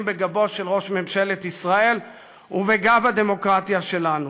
בגבו של ראש ממשלת ישראל ובגב הדמוקרטיה שלנו.